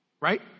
right